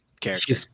character